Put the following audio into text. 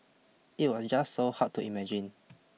it was just so hard to imagine